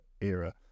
era